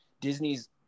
Disney's